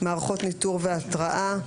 מערכות ניטור והתרעה,